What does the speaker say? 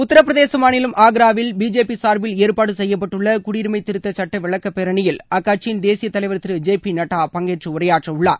உத்தரப்பிரதேச மாநிலம் ஆக்ராவில் பிஜேபி சார்பில் ஏற்பாடு செய்யப்பட்டுள்ள குடியுரிமை திருத்தச் சுட்ட விளக்கப் பேரணியில் அக்கட்சியின் தேசிய தலைவர் திரு ஜே பி நட்டா பங்கேற்று உரையாற்ற உள்ளார்